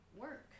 work